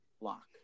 lock